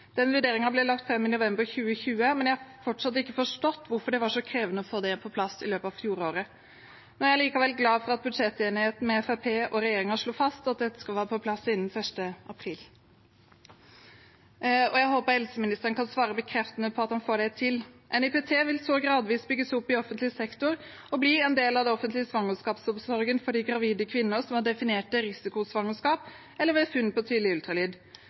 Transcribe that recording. ble lagt fram i november 2020, men jeg har fortsatt ikke forstått hvorfor det var så krevende å få det på plass i løpet av fjoråret. Jeg er likevel glad for at budsjettenigheten med Fremskrittspartiet og regjeringen slo fast at dette skal være på plass innen 1. april. Jeg håper helseministeren kan svare bekreftende på at han får det til. NIPT vil så gradvis bygges opp i offentlig sektor og bli en del av den offentlige svangerskapsomsorgen for de gravide kvinnene som har definerte risikosvangerskap, eller ved funn på tidlig ultralyd.